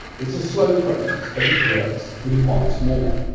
it's a slow process but it works, and he wants more.